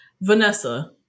Vanessa